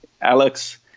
Alex